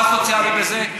מה סוציאלי בזה?